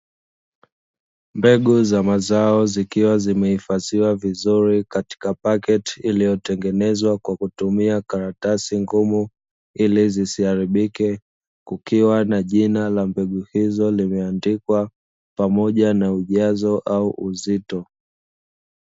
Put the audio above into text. Mbegu za mazao zikiwa zimehifadhiwa vizuri katika pakiti kilichotengenezwa kwa kutumia karatasi ngumu, ili zisiaribike kukiwa na jina la mbegu hiyo limeandikwa pamoja na ujazo au uzito.